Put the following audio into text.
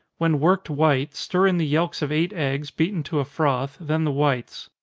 when worked white, stir in the yelks of eight eggs, beaten to a froth, then the whites.